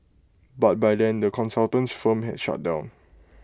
but by then the consultant's firm had shut down